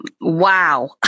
Wow